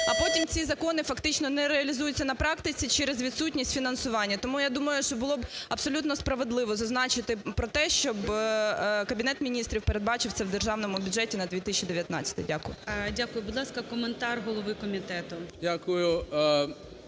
а потім ці закони фактично не реалізуються на практиці через відсутність фінансування. Тому я думаю, що було б абсолютно справедливо зазначити про те, щоби Кабінет Міністрів передбачив це в Державному бюджеті на 2019. Дякую. ГОЛОВУЮЧИЙ. Дякую. Будь ласка, коментар голови комітету.